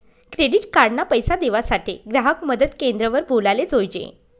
credit card ना पैसा देवासाठे ग्राहक मदत क्रेंद्र वर बोलाले जोयजे